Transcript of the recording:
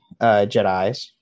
Jedis